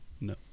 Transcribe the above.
No